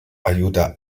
aiuta